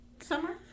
Summer